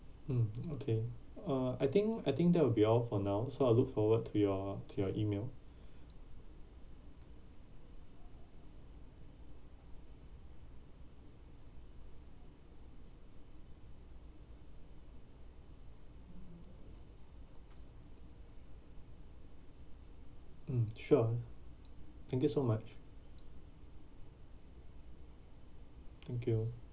mm okay uh I think I think that will be all for now so I'll look forward to your to your email mm sure thank you so much thank you